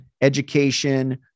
education